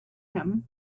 him